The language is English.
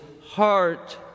heart